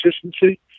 consistency